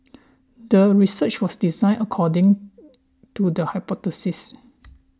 the research was designed according to the hypothesis